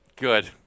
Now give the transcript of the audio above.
Good